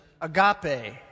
agape